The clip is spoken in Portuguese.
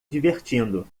divertindo